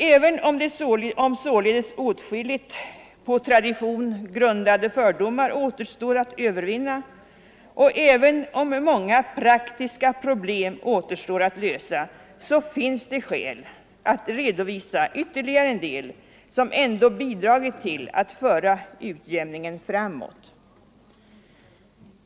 Även om således åtskilliga på tradition grundade fördomar återstår att övervinna och även om många praktiska problem återstår att lösa finns det skäl att redovisa ytterligare en del som ändå bidragit till att 29 föra arbetet för utjämning framåt.